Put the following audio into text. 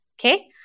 Okay